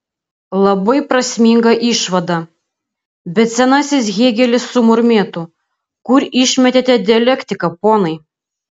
labai prasminga išvada bet senasis hėgelis sumurmėtų kur išmetėte dialektiką ponai